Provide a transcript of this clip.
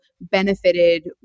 benefited